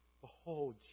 Behold